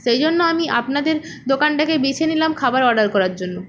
সেই জন্য আমি আপনাদের দোকানটাকেই বেছে নিলাম খাবার অর্ডার করার জন্য